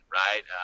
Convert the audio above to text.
right